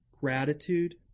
Gratitude